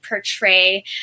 portray